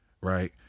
right